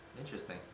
Interesting